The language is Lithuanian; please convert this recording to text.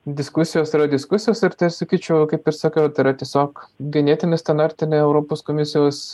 diskusijos yra diskusijos ir sakyčiau kaip ir sakau tai yra tiesiog ganėtinai standartinė europos komisijos